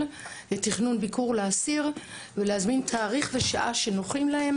לתכנון ביקור לאסיר ולהזמין תאריך ושעה שנוחים להם.